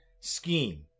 scheme